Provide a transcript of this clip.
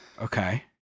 Okay